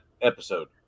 episode